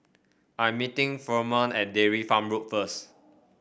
I am meeting Furman at Dairy Farm Road first